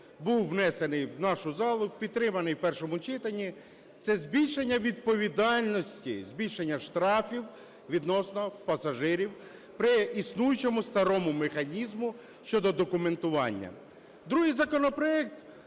був внесений в нашу залу, підтриманий в першому читанні, – це збільшення відповідальності, збільшення штрафів відносно пасажирів при існуючому, старому механізмі щодо документування. Другий законопроект